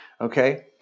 okay